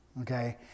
okay